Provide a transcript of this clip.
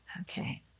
Okay